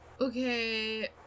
okay